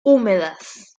húmedas